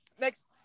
Next